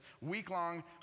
week-long